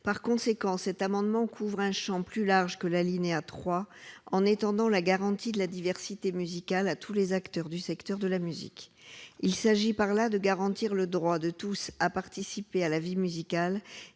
ou non. Cet amendement vise à couvrir un champ plus large que celui de l'alinéa 3, en étendant la garantie de la diversité musicale à tous les acteurs du secteur de la musique. Il s'agit de garantir le droit de tous à participer à la vie musicale